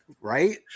Right